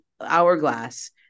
hourglass